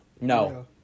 No